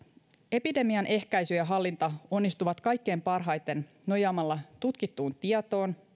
epidemian ehkäisy ja hallinta onnistuvat kaikkein parhaiten nojaamalla tutkittuun tietoon